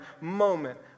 moment